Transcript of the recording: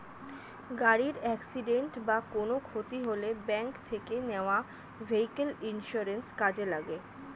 গাড়ির অ্যাকসিডেন্ট বা কোনো ক্ষতি হলে ব্যাংক থেকে নেওয়া ভেহিক্যাল ইন্সুরেন্স কাজে লাগে